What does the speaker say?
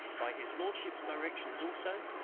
by his lordship's directions also,